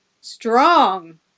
strong